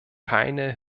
keine